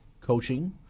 coaching